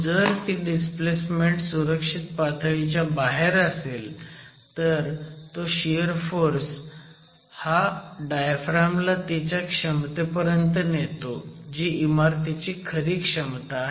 जर ती डिस्प्लेसमेन्ट सुरक्षित पातळीच्या बाहेर असेल तर तो शियर फोर्स हा डायफ्रॅम ला तिच्या क्षमतेपर्यंत नेतो जी इमारतीची खरी क्षमता आहे